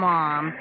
Mom